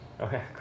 Okay